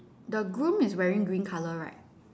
the groom is wearing green colour right